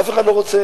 אף אחד לא רוצה.